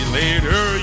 later